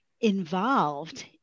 involved